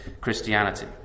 Christianity